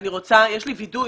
יש לי וידוי.